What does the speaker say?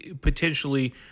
potentially